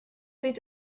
sieht